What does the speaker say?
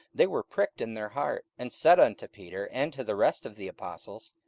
they were pricked in their heart, and said unto peter and to the rest of the apostles,